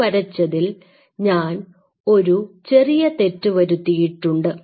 ഈ വരച്ചതിൽ ഞാൻ ഒരു ചെറിയ തെറ്റ് വരുത്തിയിട്ടുണ്ട്